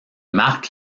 marque